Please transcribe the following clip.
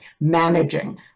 managing